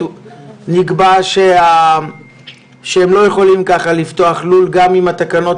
אני גאה גם במגדלים שהתפשרו, גם במשרד החקלאות